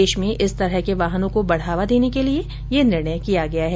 देश में इस प्रकार के वाहनों को बढ़ावा देने के लिए यह निर्णय किया गया है